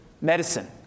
Medicine